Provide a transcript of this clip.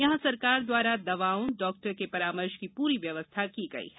यहाँ सरकार द्वारा दवाओं डॉक्टर का परामर्श की पूरी व्यवस्था की गई हैं